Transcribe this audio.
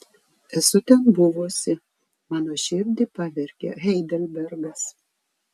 esu ten buvusi mano širdį pavergė heidelbergas